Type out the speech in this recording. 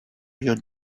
your